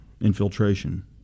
infiltration